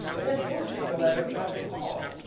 and then posting the letter beyond recall.